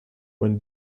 when